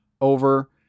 over